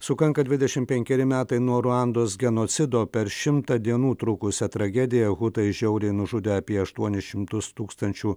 sukanka dvidešim penkeri metai nuo ruandos genocido per šimtą dienų trukusią tragediją hutai žiauriai nužudė apie aštuonis šimtus tūkstančių